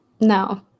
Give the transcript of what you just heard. No